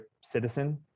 citizen